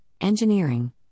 Engineering